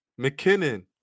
McKinnon